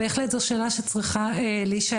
בהחלט זו שאלה שצריכה להישאל,